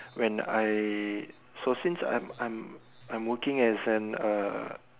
when I so since I'm I'm I'm working as an uh